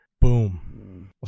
Boom